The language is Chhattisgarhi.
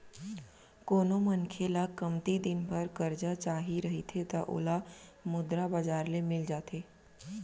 कोनो मनखे ल कमती दिन बर करजा चाही रहिथे त ओला मुद्रा बजार ले मिल जाथे